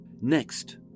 Next